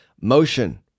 motion